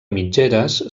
mitgeres